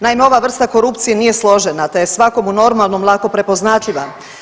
Naime, ova vrsta korupcije nije složena te je svakomu normalnom lako prepoznatljiva.